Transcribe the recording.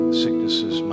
sicknesses